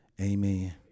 amen